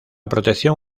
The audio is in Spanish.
protección